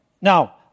Now